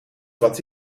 wat